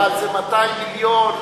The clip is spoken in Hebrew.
אבל זה 200 מיליון.